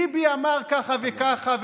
ביבי אמר ככה וככה,